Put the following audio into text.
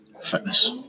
fitness